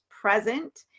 present